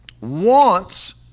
wants